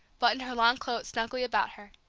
buttoned her long coat snugly about her.